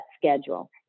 schedule